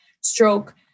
stroke